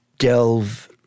delve